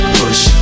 push